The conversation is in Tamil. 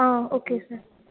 ah okay sir